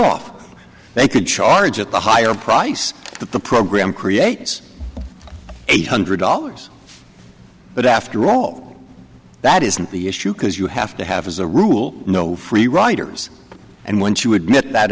off they could charge at the higher price that the program creates eight hundred dollars but after all that isn't the issue because you have to have as a rule no free riders and once you admit that